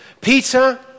Peter